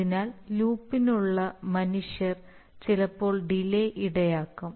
അതിനാൽ ലൂപ്പിലുള്ള മനുഷ്യർ ചിലപ്പോൾ ഡിലേ ഇടയാക്കും